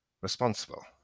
responsible